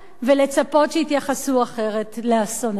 ולצפות שיתייחסו אחרת לאסוננו.